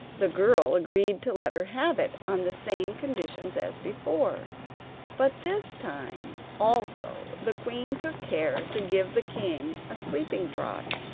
the girl agreed to let her have it on the same conditions as before but this time, also, the queen took care to give the king a sleeping draught.